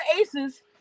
aces